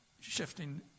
shifting